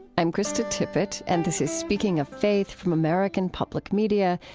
i'm krista tippett, and this is speaking of faith from american public media.